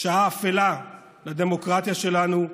שעה אפלה לדמוקרטיה שלנו,